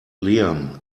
liam